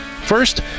First